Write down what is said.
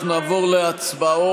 אנחנו נעבור להצבעות.